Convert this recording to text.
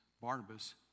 Barnabas